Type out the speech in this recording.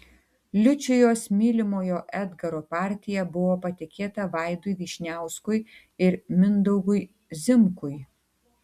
liučijos mylimojo edgaro partija buvo patikėta vaidui vyšniauskui ir mindaugui zimkui